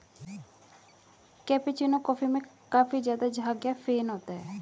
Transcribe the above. cappuccino coffee में काफी ज़्यादा झाग या फेन होता है